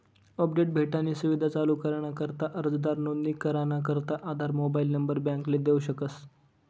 update भेटानी सुविधा चालू कराना करता अर्जदार नोंदणी कराना करता आधार मोबाईल नंबर बॅकले देऊ शकस